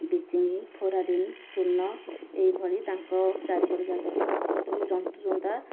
bleaching ଫ୍ଲୋରିଡିନି ଚୂନ ଏଇ ଭଳି ତାଙ୍କ ଚାରିପଟ ଯାକ ପକାଉଛୁ ଜନ୍ତୁଜୁନ୍ତା